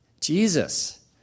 Jesus